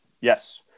yes